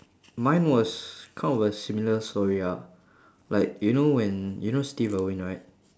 mine was kind of a similar story ah like you know when you know steve irwin right